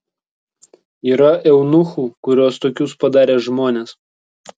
yra eunuchų kuriuos tokius padarė žmonės